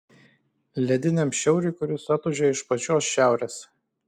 lediniam šiauriui kuris atūžia iš pačios šiaurės